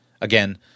Again